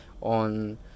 On